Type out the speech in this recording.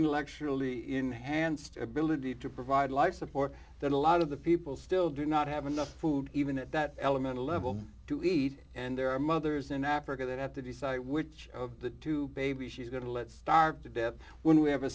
intellectually enhanced ability to provide life support that a lot of the people still do not have enough food even at that elemental level to eat and there are mothers in africa that have to decide which of the two baby she's going to let starve to death when we have a